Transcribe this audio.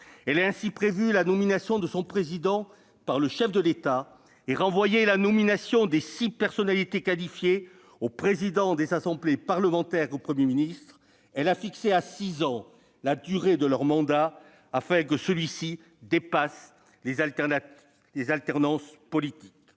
Elle a ainsi prévu la nomination de son président par le chef de l'État et renvoyé la nomination des six personnalités qualifiées aux présidents des assemblées parlementaires et au Premier ministre. Elle a fixé à six ans la durée de leur mandat, afin que celui-ci dépasse les alternances politiques.